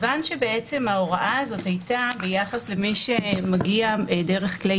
ההוראה הזאת הייתה ביחס למי שמגיע דרך כלי